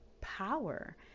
power